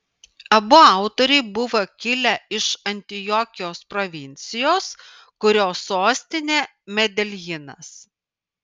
abu autoriai buvo kilę iš antiokijos provincijos kurios sostinė medeljinas